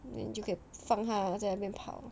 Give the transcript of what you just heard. then 就可以放它在那边跑